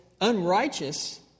unrighteous